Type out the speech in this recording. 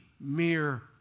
mere